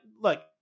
look